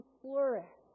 flourish